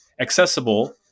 accessible